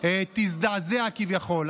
תזדעזע כביכול.